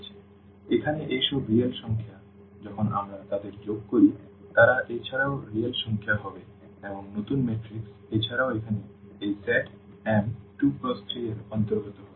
সুতরাং এখানে এই সব রিয়েল সংখ্যা যখন আমরা তাদের যোগ করি তারা এছাড়াও রিয়েল সংখ্যা হবে এবং নতুন ম্যাট্রিক্স এছাড়াও এখানে এই সেট M2×3 এর অন্তর্গত হবে